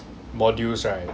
modules right